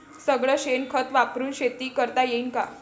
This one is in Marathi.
सगळं शेन खत वापरुन शेती करता येईन का?